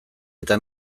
eta